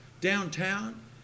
downtown